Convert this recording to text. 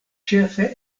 ĉefe